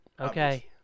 Okay